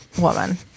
woman